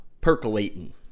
percolating